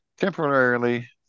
temporarily